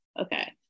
okay